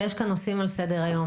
ויש כאן נושאים על סדר היום,